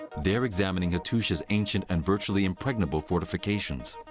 they're examining hattusha's ancient and virtually impregnable fortifications.